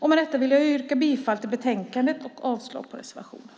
Med detta yrkar jag bifall till förslaget i betänkandet och avslag på reservationen.